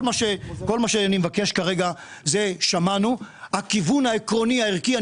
כל מה שאני מבקש כרגע זה לומר שהכיוון העקרוני הערכי,